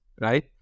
right